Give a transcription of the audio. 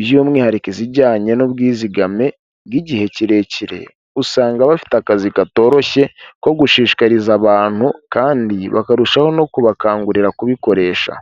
by'umwihariko izijyanye n'ubwizigame bw'igihe kirekire, usanga bafite akazi katoroshye ko gushishikariza abantu kandi bakarushaho no kubakangurira kubikoresha.